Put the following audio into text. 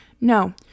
No